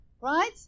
Right